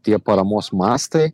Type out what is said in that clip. tie paramos mastai